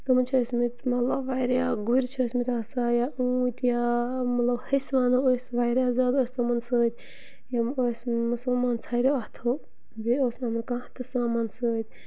تِمَن چھِ ٲسۍمٕتۍ مطلب واریاہ گُرۍ چھِ ٲسۍمٕتۍ آسان یا اوٗنٹۍ یا مطلب ۂسۍ وَنو ٲسۍ واریاہ زیادٕ ٲس تِمَن سۭتۍ یِم ٲسۍ مُسلمان ژھریو اَتھو بیٚیہِ اوس نہٕ یِمَن کانٛہہ تہٕ سامَان سۭتۍ